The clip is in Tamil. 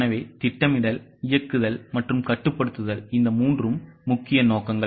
எனவே திட்டமிடல் இயக்குதல் மற்றும் கட்டுப்படுத்துதல் இந்த மூன்றும் முக்கிய நோக்கங்கள்